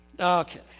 okay